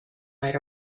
might